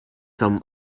some